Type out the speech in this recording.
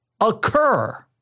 occur